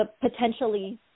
potentially